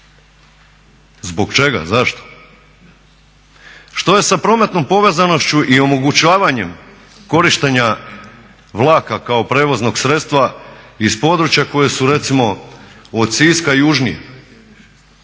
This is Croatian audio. Zbog čega, zašto? Što je sa prometnom povezanošću i omogućavanjem korištenja vlaka kao prijevoznog sredstava iz područja koji su recimo od Siska južnije?